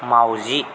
माउजि